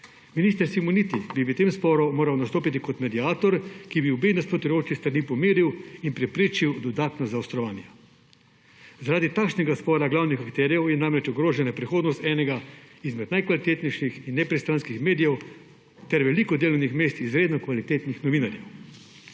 Minister Simoniti bi v tem sporu moral nastopiti kot mediator, ki bi obe nasprotujoči strani pomiril in preprečil dodatna zaostrovanja. Zaradi takšnega spora glavnih akterjev je namreč ogrožena prihodnost enega izmed najkvalitetnejših in nepristranskih medijev ter veliko delovnih mest izredno kvalitetnih novinarjev.